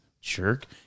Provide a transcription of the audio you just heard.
jerk